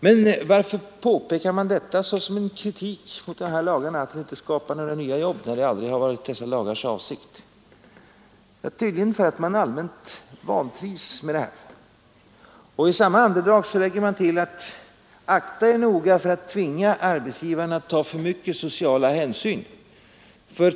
Men varför anför man såsom kritik mot dessa lagar att de inte skapar några nya jobb, när det aldrig varit avsikten med dem? Tydligen för att man allmänt vantrivs med dem. I samma andetag lägger man till: Akta er noga för att tvinga arbetsgivarna att ta för mycket sociala hänsyn!